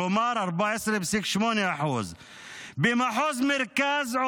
כלומר 14.8%. במחוז מרכז,